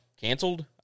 canceled